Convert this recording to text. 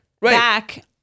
back